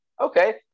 Okay